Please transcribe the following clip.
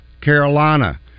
Carolina